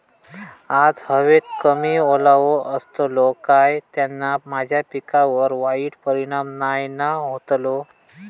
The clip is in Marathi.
आज हवेत कमी ओलावो असतलो काय त्याना माझ्या पिकावर वाईट परिणाम नाय ना व्हतलो?